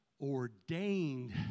ordained